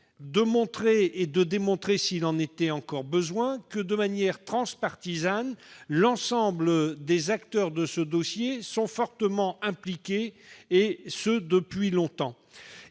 Martine Filleul démontre s'il en était encore besoin que, de manière transpartisane, l'ensemble des acteurs de ce dossier sont fortement impliqués, et depuis longtemps.